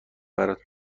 برات